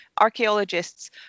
archaeologists